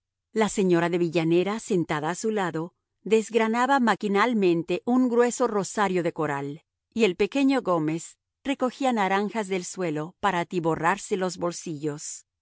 la señora de villanera sentada a su lado desgranaba maquinalmente un grueso rosario de coral y el pequeño gómez recogía naranjas del suelo para atiborrarse los bolsillos